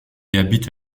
habite